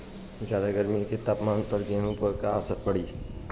ज्यादा गर्मी के तापमान से गेहूँ पर का असर पड़ी?